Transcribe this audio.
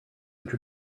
which